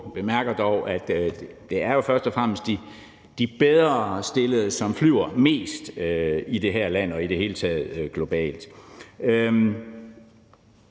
Vi bemærker dog, at det jo først og fremmest er de bedre stillede, som flyver mest i det her land og i det hele taget globalt.